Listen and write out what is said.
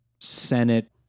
Senate